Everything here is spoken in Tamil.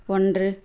ஒன்று